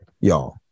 y'all